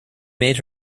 made